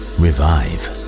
revive